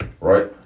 right